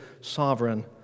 sovereign